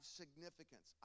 significance